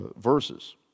verses